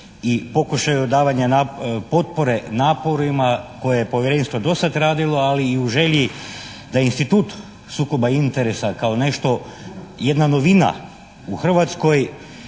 i pokušaju davanja potpore naporima koje je Povjerenstvo do sad radilo, ali i u želji da institut sukoba interesa kao nešto jedna novina u Hrvatskoj